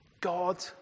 God